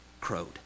crowed